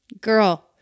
Girl